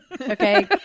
Okay